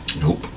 Nope